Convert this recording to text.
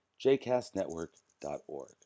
jcastnetwork.org